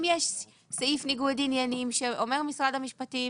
אם יש סעיף ניגוד עניינים שאומר משרד המשפטים